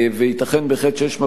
וייתכן בהחלט שיש מקום,